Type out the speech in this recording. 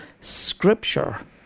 Scripture